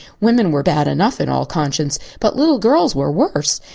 women were bad enough in all conscience, but little girls were worse.